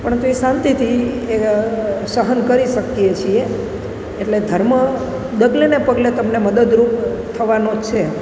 પણ તોય શાંતિથી એ સહન કરી શકીએ છીએ એટલે ધર્મ ડગલે ને પગલે તમને મદદરૂપ થવાનો છે